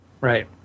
Right